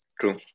True